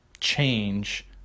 change